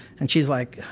and she's like,